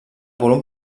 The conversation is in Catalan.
volum